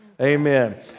Amen